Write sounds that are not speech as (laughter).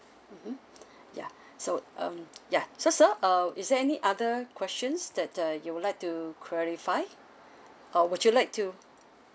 mmhmm (breath) ya so um ya so sir orh is there any other questions that the you would like to clarify (breath) or would you like to